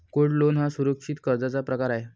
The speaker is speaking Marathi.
गोल्ड लोन हा सुरक्षित कर्जाचा प्रकार आहे